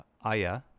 Aya